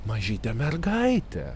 mažytę mergaitę